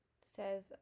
says